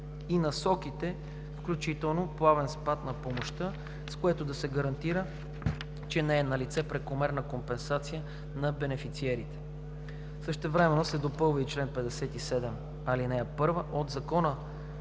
и Насоките, включително плавен спад на помощта, с което да се гарантира, че не е налице прекомерна компенсация на бенефициерите. Същевременно се допълва и чл. 57, ал. 1 от Закона